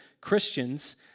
Christians